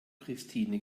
christine